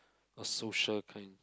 a social kind